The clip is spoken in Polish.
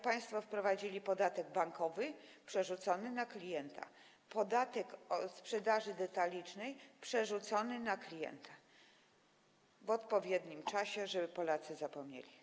Państwo wprowadzili podatek bankowy przerzucony na klienta, podatek od sprzedaży detalicznej przerzucony na klienta w odpowiednim czasie, żeby Polacy zapomnieli.